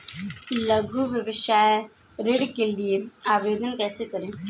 लघु व्यवसाय ऋण के लिए आवेदन कैसे करें?